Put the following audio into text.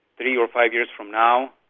three or five years from now,